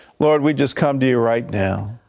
lord, we just come to your right now,